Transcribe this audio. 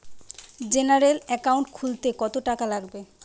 General account খুলতে কত টাকা লাগবে?